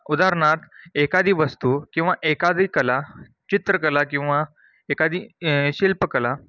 उदाहरणार्थ एखादी वस्तू किंवा एखादी कला चित्रकला किंवा एखादी शिल्पकला